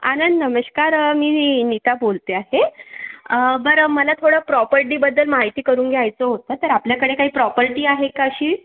आनंद नमस्कार मी नीता बोलते आहे बरं मला थोडं प्रॉपर्टीबद्दल माहिती करून घ्यायचं होतं तर आपल्याकडे काही प्रॉपर्टी आहे का अशी